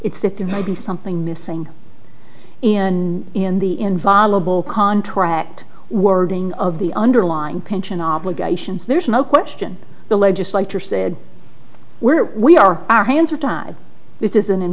there may be something missing in in the involve contract wording of the underlying pension obligations there's no question the legislature said where we are our hands are tied this isn't